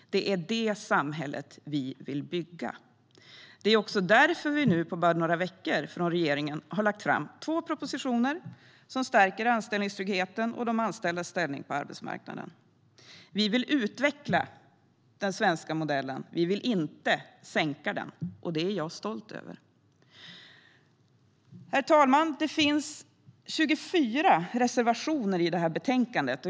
Det är det samhället vi vill bygga. Det är också därför vi nu på bara några veckor har lagt fram två propositioner som stärker anställningstryggheten och de anställdas ställning på arbetsmarknaden. Vi vill utveckla den svenska modellen. Vi vill inte sänka den. Det är jag stolt över. Herr talman! Det finns 24 reservationer i betänkandet.